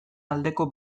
aldeko